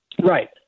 Right